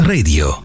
Radio